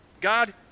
God